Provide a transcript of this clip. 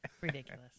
Ridiculous